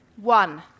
one